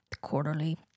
quarterly